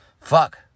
Fuck